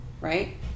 right